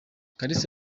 kalisa